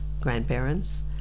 grandparents